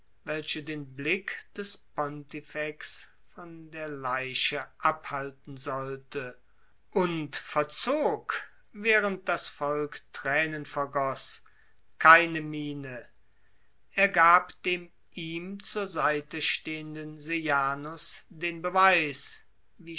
welche den blick des pontifex von der leiche abhalten sollte und verzog während das volk thränen vergoß keine miene er gab dem ihm zur seite stehenden sejanus den beweis